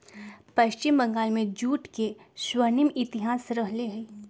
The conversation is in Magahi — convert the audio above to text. पश्चिम बंगाल में जूट के स्वर्णिम इतिहास रहले है